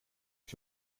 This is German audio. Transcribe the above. ich